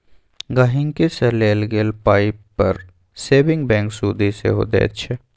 गांहिकी सँ लेल गेल पाइ पर सेबिंग बैंक सुदि सेहो दैत छै